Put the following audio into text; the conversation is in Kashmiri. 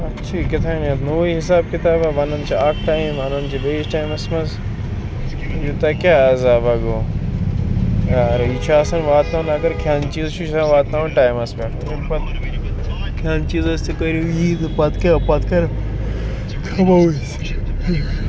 اَتھ چھِ کہتانۍ اَتھ نوٚوُے حِساب کِتابہ وَنان چھِ اَکھ ٹایم اَنان چھِ بیٚیِس ٹایمَس منٛز یوٗتاہ کیٛاہ عزابا گوٚو یارٕ یہِ چھُ آسان واتناوُن اگر کھٮ۪ن چیٖز چھُ یہِ چھُ آسان واتناوان ٹایمَس پٮ۪ٹھ پت کھٮ۪ن چیٖزس تہٕ کٔرِو یی تہٕ پتہٕ کیٛاہ پتہٕ کر کھٮ۪مو أسۍ